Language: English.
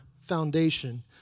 foundation